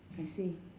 I see